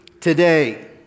today